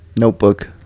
notebook